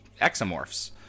exomorphs